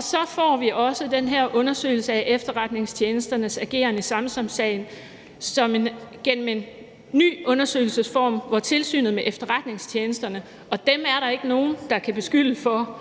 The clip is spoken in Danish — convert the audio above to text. Så får vi også den her undersøgelse af efterretningstjenesternes ageren i Samsamsagen gennem en ny undersøgelsesform, hvor tilsynet med efterretningstjenesterne – og dem er der ikke nogen der kan beskylde for